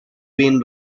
been